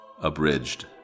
Abridged